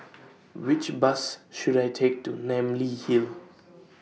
Which Bus should I Take to Namly Hill